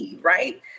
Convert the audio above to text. right